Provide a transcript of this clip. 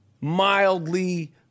mildly